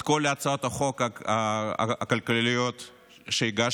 את כל הצעות החוק הכלכליות שהגשתי.